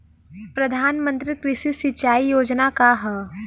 प्रधानमंत्री कृषि सिंचाई योजना का ह?